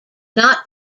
not